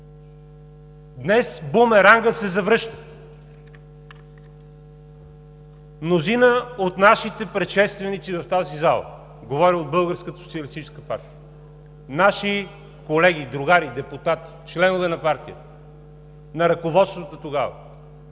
Днес бумерангът се завръща. Мнозина от нашите предшественици в тази зала – говоря от Българската социалистическа партия, наши колеги, другари, депутати, членове на партията, на ръководството тогава